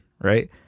right